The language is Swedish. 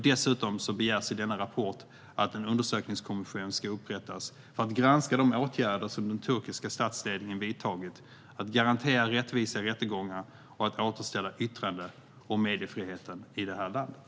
Dessutom begärs i denna rapport att en undersökningskommission ska upprättas för att granska de åtgärder som den turkiska statsledningen vidtagit, att garantera rättvisa rättegångar och att återställa yttrande och mediefriheten i landet.